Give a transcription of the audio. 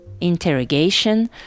interrogation